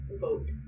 vote